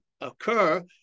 occur